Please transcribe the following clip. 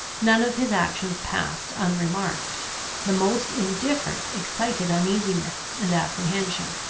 none of his actions passed unremarked the most indifferent excited uneasiness and apprehension.